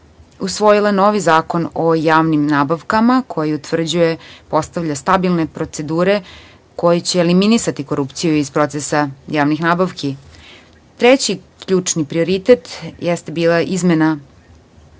usvojila novi Zakon o javnim nabavkama koji utvrđuje, postavlja stabilne procedure koje će eliminisati korupciju iz procesa javnih nabavki. Treći ključni prioritet jeste bila izmena